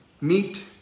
Meet